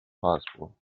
possible